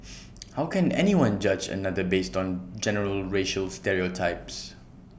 how can anyone judge another based on general racial stereotypes